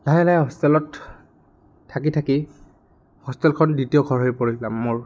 লাহে লাহে হোষ্টেলত থাকি থাকি হোষ্টেলখন দ্বিতীয় ঘৰ হৈ পৰিল মোৰ